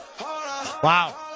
Wow